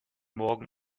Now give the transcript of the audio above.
morgen